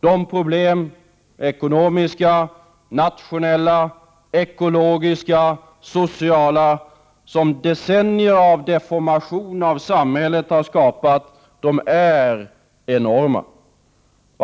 De problem — ekonomiska, nationella, ekologiska, sociala — som decennier av deformation av samhället skapat är enorma.